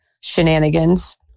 shenanigans